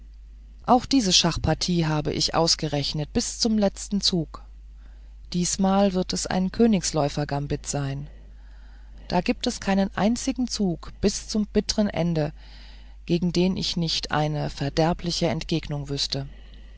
auch diese schachpartie habe ich ausgerechnet bis zum letzten zug diesmal wird es ein königsläufergambit sein da gibt es keinen einzigen zug bis zum bittern ende gegen den ich nicht eine verderbliche entgegnung wüßte